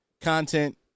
content